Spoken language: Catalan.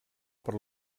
per